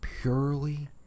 purely